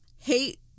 hate